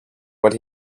what